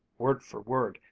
word for word,